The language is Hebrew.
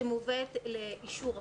שמובאת לאישור הוועדה.